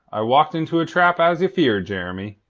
i walked into a trap, as ye feared, jeremy,